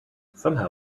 somehow